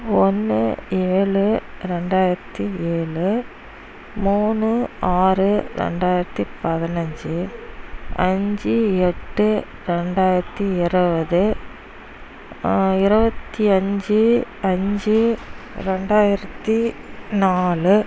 ஒன்று ஏழு ரெண்டாயிரத்து ஏழு மூணு ஆறு ரெண்டாயிரத்து பதினைஞ்சு அஞ்சு எட்டு ரெண்டாயிரத்து இருபது இருபத்தி அஞ்சு அஞ்சு ரெண்டாயிரத்து நாலு